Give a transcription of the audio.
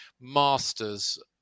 masters